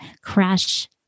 crash